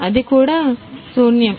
అది కూడా శూన్యం కింద